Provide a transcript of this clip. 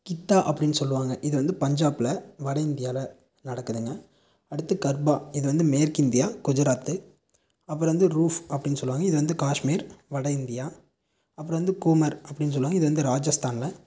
கித்தா அப்டின்னு சொல்வாங்க இது வந்து பஞ்சாப்பில் வட இந்தியாவில் நடக்குதுங்க அடுத்து கர்பா இது வந்து மேற்கு இந்தியா குஜராத் அப்புறம் வந்து ரூஃப் அப்டின்னு சொல்வாங்க இது வந்து காஷ்மீர் வட இந்தியா அப்பறம் வந்து கூமர் அப்டின்னு சொல்வாங்க இது வந்து ராஜஸ்தானில்